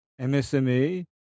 MSMA